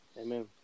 Amen